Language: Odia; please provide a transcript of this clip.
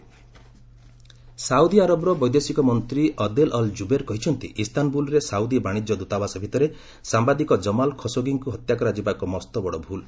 ସାଉଦି ଏଫଏମ ସାଉଦି ଆରବର ବୈଦେଶିକ ମନ୍ତ୍ରୀ ଅଦେଲ ଅଲ୍ ଜୁବୈର କହିଛନ୍ତି ଇସ୍ତାନବୁଲ୍ରେ ସାଉଦି ବାଣିଜ୍ୟ ଦୂତାବାସ ଭିତରେ ସାମ୍ଭାଦିକ ଜମାଲ ଖାସୋଗୀଙ୍କ ହତ୍ୟା କରାଯିବା ଏକ ମସ୍ତବଡ୍ ଭୁଲ୍